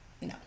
no